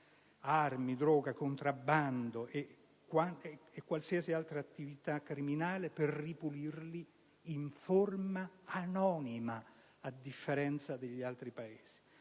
armi e droga, dal contrabbando e da qualsiasi altra attività criminale. Tutto ripulito in forma anonima, a differenza degli altri Paesi.